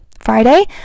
friday